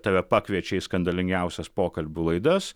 tave pakviečia į skandalingiausias pokalbių laidas